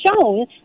shown